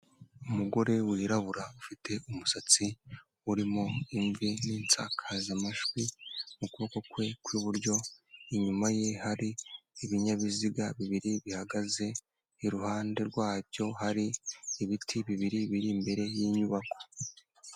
Umugore wirabura ufite umusatsi urimo imvi n'insakazamajwi mu kuboko kwe kw'iburyo, inyuma ye hari ibinyabiziga bibiri bihagaze, iruhande rwacyo hari ibiti bibiri biri imbere y'inyubako.